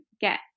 get